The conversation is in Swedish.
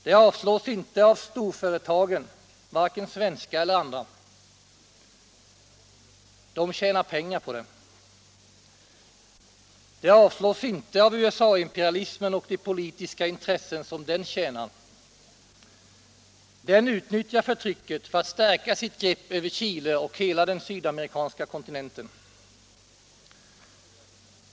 Det avslås inte av storföretagen, varken svenska eller andra. De tjänar pengar på det! Det avslås inte av USA-imperialismen och de politiska intressen som den tjänar. Den utnyttjar förtrycket för att stärka sitt grepp över Chile och hela den sydamerikanska kontinenten.